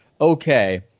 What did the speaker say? okay